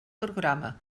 programa